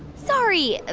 sorry, ah